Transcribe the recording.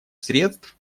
средств